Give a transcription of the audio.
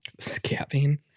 Scabbing